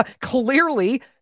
clearly